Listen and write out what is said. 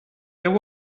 feu